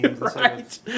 Right